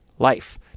life